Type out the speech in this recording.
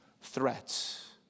threats